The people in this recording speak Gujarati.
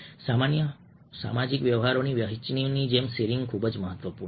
સામાન્ય સામાજિક વ્યવહારોની વહેંચણીની જેમ શેરિંગ ખૂબ જ મહત્વપૂર્ણ છે